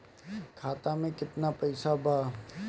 खाता में केतना पइसा बा?